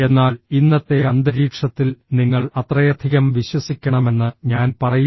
എന്നാൽ ഇന്നത്തെ അന്തരീക്ഷത്തിൽ നിങ്ങൾ അത്രയധികം വിശ്വസിക്കണമെന്ന് ഞാൻ പറയില്ല